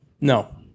No